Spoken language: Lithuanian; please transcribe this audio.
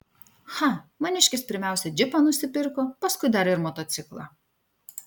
cha maniškis pirmiausia džipą nusipirko paskui dar ir motociklą